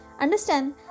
understand